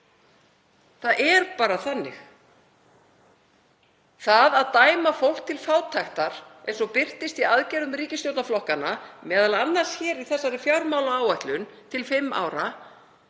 Það er bara þannig. Það að dæma fólk til fátæktar, eins og birtist í aðgerðum ríkisstjórnarflokkanna, m.a. í þessari fjármálaáætlun til fimm ára,